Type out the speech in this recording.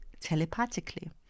telepathically